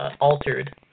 altered